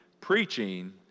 preaching